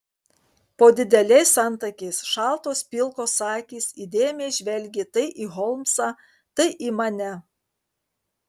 po dideliais antakiais šaltos pilkos akys įdėmiai žvelgė tai į holmsą tai į mane